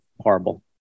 horrible